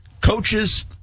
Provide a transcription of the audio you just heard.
coaches –